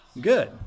good